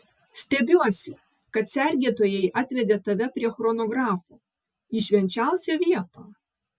stebiuosi kad sergėtojai atvedė tave prie chronografo į švenčiausią vietą